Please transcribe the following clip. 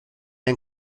ein